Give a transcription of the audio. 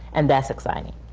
and that's exciting,